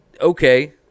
Okay